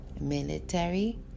Military